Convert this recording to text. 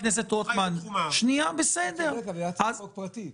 זה היה הצעת חוק פרטית.